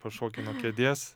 pašoki nuo kėdės